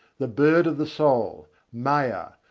the bird of the soul, maya,